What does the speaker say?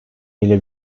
ile